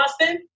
Austin